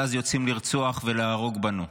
ואז יוצאים לרצוח ולהרוג בנו.